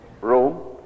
room